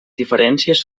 diferències